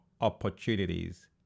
opportunities